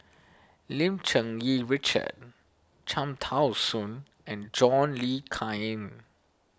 Lim Cherng Yih Richard Cham Tao Soon and John Le Cain